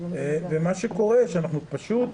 ומה שקורה זה שאנחנו פשוט,